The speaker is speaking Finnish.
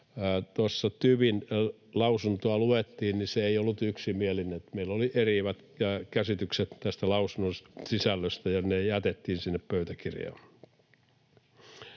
tuossa TyVin lausuntoa luettiin, niin se ei ollut yksimielinen. Meillä oli eriävät käsitykset tästä lausunnon sisällöstä, ja ne jätettiin sinne pöytäkirjaan.